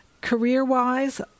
Career-wise